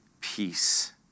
peace